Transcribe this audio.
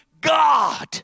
God